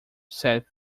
said